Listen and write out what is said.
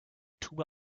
tube